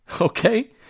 okay